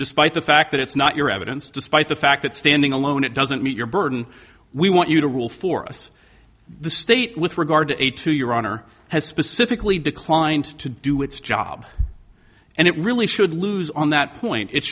despite the fact that it's not your evidence despite the fact that standing alone it doesn't meet your burden we want you to rule for us the state with regard to a to your honor has specifically declined to do its job and it really should lose on that point it